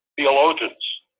theologians